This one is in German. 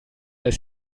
dass